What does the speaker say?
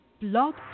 Blog